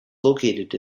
located